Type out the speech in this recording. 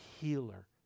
healer